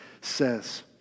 says